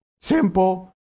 Simple